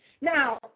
Now